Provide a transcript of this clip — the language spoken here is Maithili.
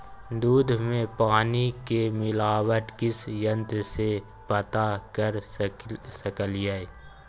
दूध में पानी के मिलावट किस यंत्र से पता कर सकलिए?